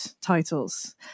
titles